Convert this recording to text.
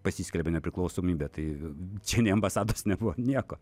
pasiskelbė nepriklausomybę tai čia ambasados nebuvo nieko